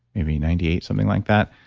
maybe ninety eight, something like that.